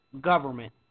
government